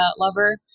lover